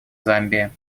замбия